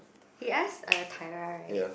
he ask uh Tyra right